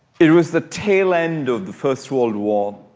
it was the tail end of the first world war